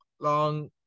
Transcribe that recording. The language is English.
long